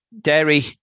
dairy